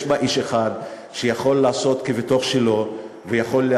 יש בה איש אחד שיכול לעשות כבתוך שלו ויכול